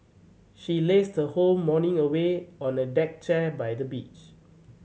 she lazed her whole morning away on a deck chair by the beach